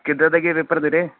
ਕਿੱਦਾਂ ਦੇ ਗਏ ਪੇਪਰ ਤੇਰੇ